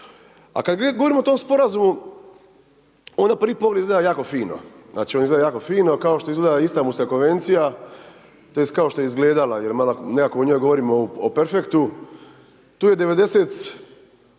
A kad govorimo o tom Sporazumu, on na prvi pogled izgleda jako fino, znači on izgleda jako fino, kao što izgleda Istanbulska konvencija, to jest kao što je izgledala, jer .../Govornik se ne razumije./...